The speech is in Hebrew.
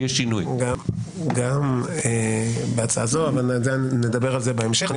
גם בהצעה הזאת, אבל נדבר על זה בהמשך.